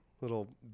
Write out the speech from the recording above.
little